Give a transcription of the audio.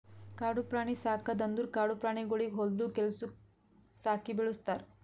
ಕಾಡು ಪ್ರಾಣಿ ಸಾಕದ್ ಅಂದುರ್ ಕಾಡು ಪ್ರಾಣಿಗೊಳಿಗ್ ಹೊಲ್ದು ಕೆಲಸುಕ್ ಸಾಕಿ ಬೆಳುಸ್ತಾರ್